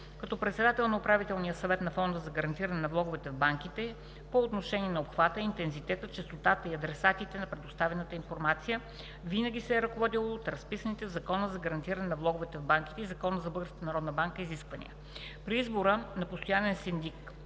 Като председател на Управителния съвет на Фонда за гарантиране на влоговете в банките по отношение на обхвата, интензитета, честотата и адресатите на предоставянето на информация винаги се е ръководил от разписаните в Закона за гарантиране на влоговете в банките и Закона за Българската народна банка изисквания. При избора на постоянен синдик